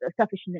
sufficient